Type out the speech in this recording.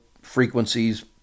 frequencies